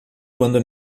quando